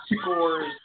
scores